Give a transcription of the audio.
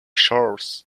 shores